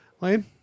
Lane